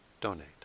donate